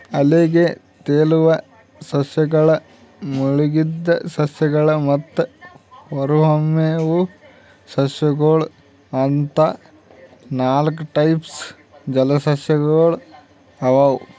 ಅಲ್ಗೆ, ತೆಲುವ್ ಸಸ್ಯಗಳ್, ಮುಳಗಿದ್ ಸಸ್ಯಗಳ್ ಮತ್ತ್ ಹೊರಹೊಮ್ಮುವ್ ಸಸ್ಯಗೊಳ್ ಅಂತಾ ನಾಲ್ಕ್ ಟೈಪ್ಸ್ ಜಲಸಸ್ಯಗೊಳ್ ಅವಾ